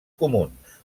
comuns